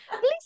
Please